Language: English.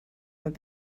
have